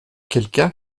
quelqu’un